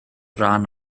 rhan